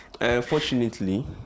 unfortunately